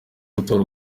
gutora